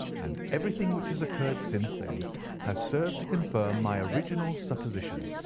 and everything which has occurred since then has served to confirm my original supposition,